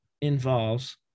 involves